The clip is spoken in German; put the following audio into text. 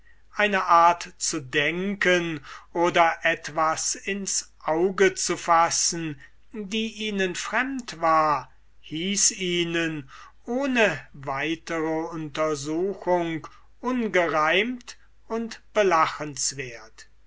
eine art zu denken oder etwas ins auge zu fassen die ihnen fremde war hieß ihnen ohne weitere untersuchung ungereimt und belachenswert